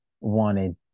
wanted